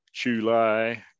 Chulai